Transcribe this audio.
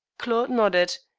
claude nodded,